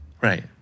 Right